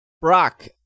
Brock